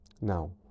Now